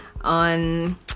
On